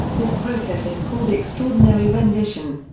this process is called extraordinary rendition.